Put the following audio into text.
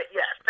yes